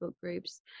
groups